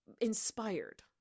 inspired